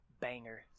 banger